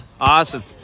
Awesome